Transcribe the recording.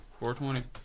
420